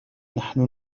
نحن